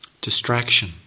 Distraction